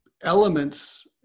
elements